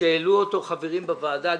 שהעלו חברים בוועדה,